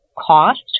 cost